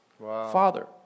Father